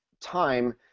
time